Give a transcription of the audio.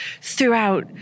throughout